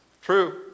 True